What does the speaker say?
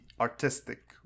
artistic